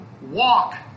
walk